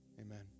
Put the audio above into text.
Amen